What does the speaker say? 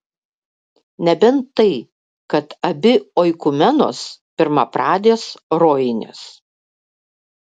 nebent tai kad abi oikumenos pirmapradės rojinės